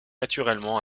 naturellement